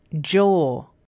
jaw